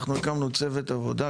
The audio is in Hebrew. אנחנו הקמנו צוות עבודה,